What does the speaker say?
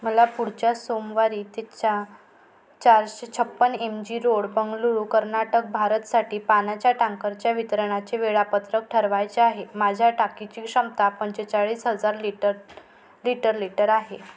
मला पुढच्या सोमवारी ते च्या चारशे छप्पन M G road Bengaluru Karnataka भारतसाठी पाण्याच्या टँकरच्या वितरणाचे वेळापत्रक ठरवायचे आहे माझ्या टाकीची क्षमता पंचेचाळीस हजार लिटर लिटर लिटर आहे